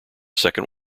second